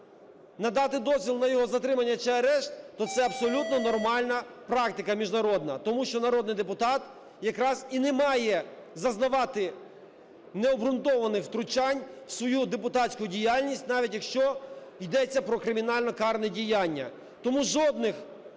надати дозвіл на його затримання чи арешт, то це абсолютно нормальна практика міжнародна. Тому що народний депутат якраз і не має зазнавати необґрунтованих втручань в свою депутатську діяльність, навіть якщо ідеться про кримінально карне діяння. Тому жодних